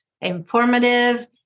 informative